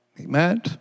Amen